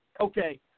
Okay